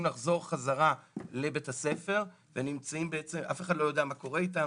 לחזור חזרה לבית הספר ואף אחד לא יודע מה קורה איתם,